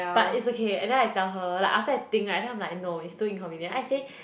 but is okay and then I tell her like after I think right then I'm like no it's too inconvenient then I say